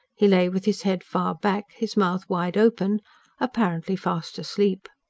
he lay with his head far back, his mouth wide open apparently fast asleep.